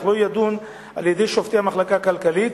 אך לא יידון על-ידי שופטי המחלקה הכלכלית,